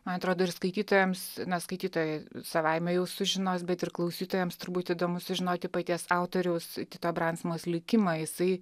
man atrodo ir skaitytojams na skaitytojai savaime jau sužinos bet ir klausytojams turbūt įdomu sužinoti paties autoriaus tito bransmos likimą jisai